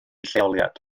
lleoliad